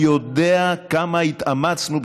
אני יודע כמה התאמצנו,